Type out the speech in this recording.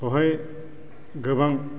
बेवहाय गोबां